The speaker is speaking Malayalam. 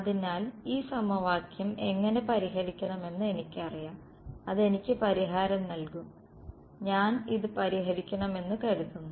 അതിനാൽ ഈ സമവാക്യം എങ്ങനെ പരിഹരിക്കണമെന്ന് എനിക്കറിയാം അത് എനിക്ക് പരിഹാരം നൽകും ഞാൻ ഇത് പരിഹരിക്കണമെന്ന് കരുതുന്നു